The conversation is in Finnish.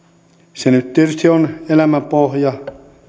se nyt tietysti on elämän pohja